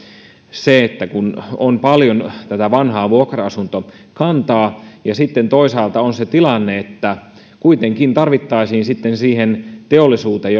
se että kun on paljon tätä vanhaa vuokra asuntokantaa ja sitten toisaalta on se tilanne että kuitenkin tarvittaisiin asuntoja sitten teollisuuden